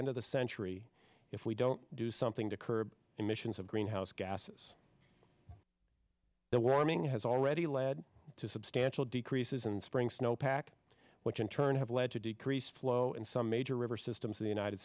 end of the century if we don't do something to curb emissions of greenhouse gases the warming has already led to substantial decreases in spring snow pack which in turn have led to decrease flow in some major river systems in the united